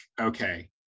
okay